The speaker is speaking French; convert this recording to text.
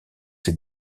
ses